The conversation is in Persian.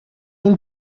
این